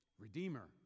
redeemer